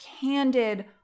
candid